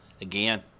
Again